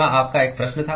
हाँ आपका एक प्रश्न था